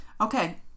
okay